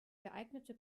geeignete